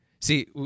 See